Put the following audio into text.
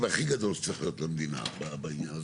הכי גדול שצריך להיות למדינה בעניין הזה,